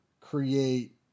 create